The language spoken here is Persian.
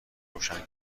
روشن